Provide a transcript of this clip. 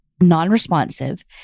non-responsive